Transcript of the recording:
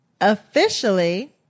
officially